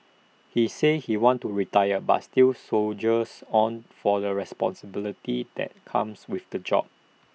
he says he wants to retire but still soldiers on for the responsibility that comes with the job